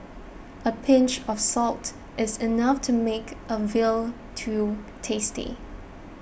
a pinch of salt is enough to make a veal till tasty